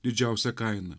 didžiausią kainą